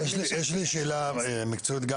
יש לי שאלה מקצועית שמטרידה אותי,